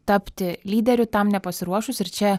tapti lyderiu tam nepasiruošus ir čia